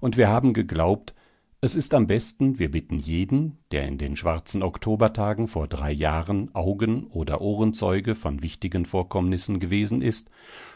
und wir haben geglaubt es ist am besten wir bitten jeden der in den schwarzen oktobertagen vor drei jahren augen oder ohrenzeuge von wichtigen vorkommnissen gewesen ist